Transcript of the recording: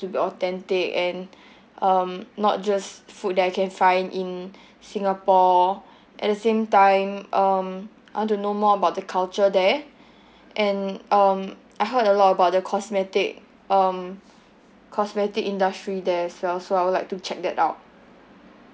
to be authentic and um not just food that I can find in singapore at the same time um I want to know more about the culture there and um I heard a lot about the cosmetic um cosmetic industry there as well so I would like to check that out